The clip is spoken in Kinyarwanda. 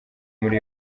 muri